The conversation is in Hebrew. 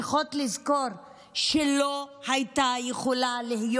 צריכות לזכור שלא הייתה יכולה להיות